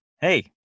Hey